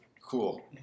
Cool